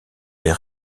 les